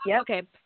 Okay